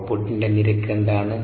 ഔട്ട്പുട്ടിന്റെ നിരക്ക് എന്താണ്